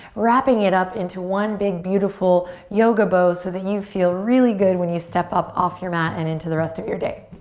wrapping it up into one big beautiful yoga bow so that you feel really good when you step up off your mat and into the rest of your day.